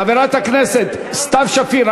חברת הכנסת סתיו שפיר,